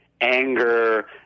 anger